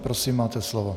Prosím, máte slovo.